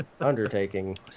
undertaking